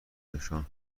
نشان